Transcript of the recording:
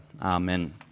Amen